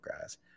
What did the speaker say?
guys